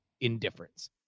indifference